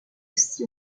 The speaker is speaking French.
aussi